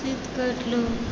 सुति कऽ उठलहुँ